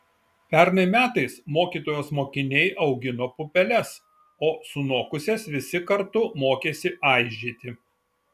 pernai metais mokytojos mokiniai augino pupeles o sunokusias visi kartu mokėsi aižyti